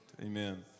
Amen